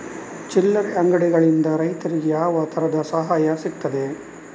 ಚಿಲ್ಲರೆ ಅಂಗಡಿಗಳಿಂದ ರೈತರಿಗೆ ಯಾವ ತರದ ಸಹಾಯ ಸಿಗ್ತದೆ?